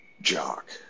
jock